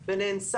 נגמר.